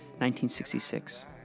1966